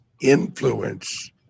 influence